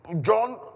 John